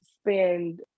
spend